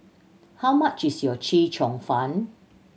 how much is your Chee Cheong Fun